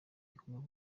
gikomeye